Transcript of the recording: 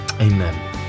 Amen